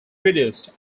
reduced